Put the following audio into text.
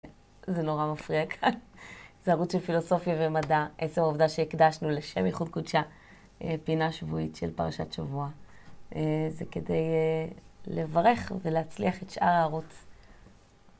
זה נורא מפריע כאן זה ערוץ של פילוסופיה ומדע עצם העובדה שהקדשנו לשם יחוד קודשה פינה שבועית של פרשת שבוע זה כדי לברך ולהצליח את שאר הערוץ